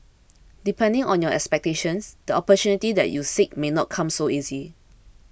depending on your expectations the opportunities that you seek may not come so easy